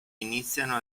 iniziano